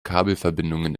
kabelverbindungen